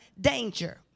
danger